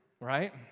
right